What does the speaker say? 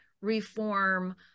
reform